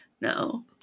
no